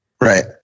right